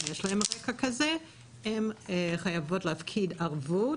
אם יש להן רקע כזה הן חייבות להפקיד ערבות.